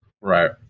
Right